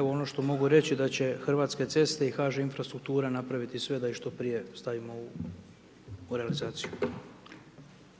Evo ono što mogu reći da će Hrvatske ceste i HŽ infrastruktura napraviti sve da ih što prije stavimo u realizaciju.